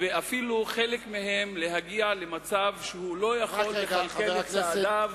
ואפילו חלק מהן יגיעו למצב שהן לא יכולות לכלכל את צעדיהן.